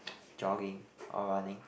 jogging or running